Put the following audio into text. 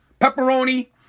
pepperoni